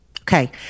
Okay